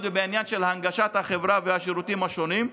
ובעניין של הנגשת החברה והשירותים השונים.